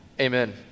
Amen